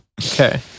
Okay